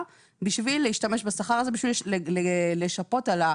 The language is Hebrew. בשביל להשתמש בשכר הזה בשביל לשפות על,